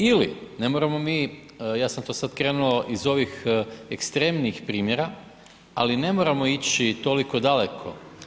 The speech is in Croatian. Ili ne moramo mi ja sam to sada krenuo iz ovih ekstremnijih primjera, ali ne moramo ići toliko daleko.